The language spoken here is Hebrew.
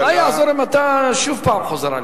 מה יעזור אם אתה שוב חוזר עליהם?